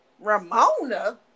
Ramona